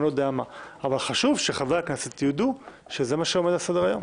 אבל חשוב שחברי הכנסת ידעו שזה מה שעומד על סדר-היום.